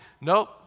Nope